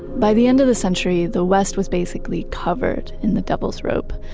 by the end of the century, the west was basically covered in the devil's rope.